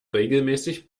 regelmäßig